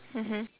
mmhmm